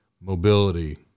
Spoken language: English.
mobility